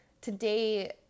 today